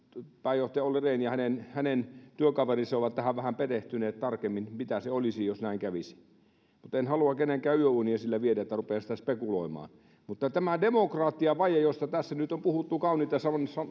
pääjohtaja olli rehn ja hänen hänen työkaverinsa ovat perehtyneet vähän tarkemmin tähän mitä se olisi jos näin kävisi en halua kenenkään yöunia sillä viedä että rupean sitä spekuloimaan mutta tämä demokratiavaje nyt on puhuttu kauniita